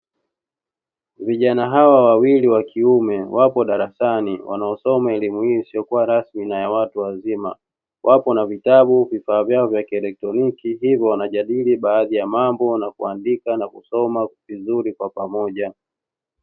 Vijana hawa wawili wa kiume wapo darasani wanaosoma elimu hii isiyokuwa rasmi na ya watu wazima, wapo na vitabu vifaa vyao vya kielektroniki hivyo wanajadili baadhi ya mambo na kuandika na kusoma vizuri kwa pamoja.